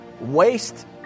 waste